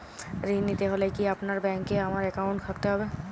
ঋণ নিতে হলে কি আপনার ব্যাংক এ আমার অ্যাকাউন্ট থাকতে হবে?